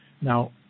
Now